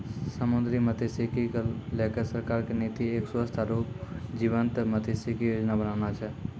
समुद्री मत्सयिकी क लैकॅ सरकार के नीति एक स्वस्थ आरो जीवंत मत्सयिकी योजना बनाना छै